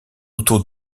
autour